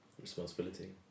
Responsibility